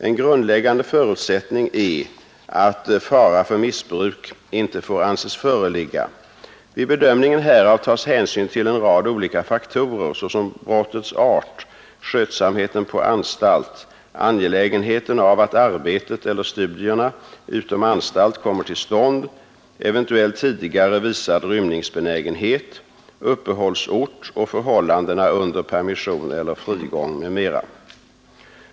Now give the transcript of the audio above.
En grundläggande förutsättning är att fara för missbruk inte får anses föreligga. Vid bedömningen härav tas hänsyn till en rad olika faktorer, såsom brottets art, skötsamheten på anstalt, angelägenheten av att arbetet eller studierna utom anstalt kommer till stånd, eventuell tidigare visad rymningsbenägenhet, uppehållsort och förhållandena under permission eller frigång m.m.